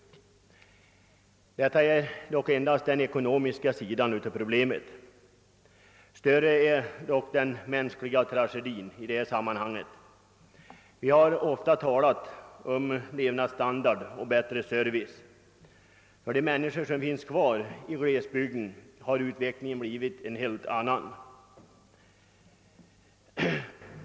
Detta är dock endast den ekonomiska sidan av problemet. Större och viktigare är emellertid de mänskliga tragedier som uppkommer i sammanhanget. Vi talar mycket om höjd levnadsstandard och bättre service. För de människor som finns kvar i glesbygderna har utvecklingen blivit en helt annan än förut.